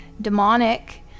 demonic